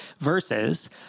versus